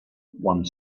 one